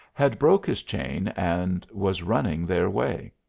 had broke his chain and was running their way.